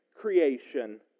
creation